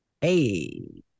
Hey